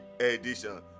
edition